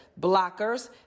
blockers